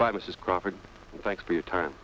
by mrs crawford thanks for your time